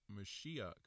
Mashiach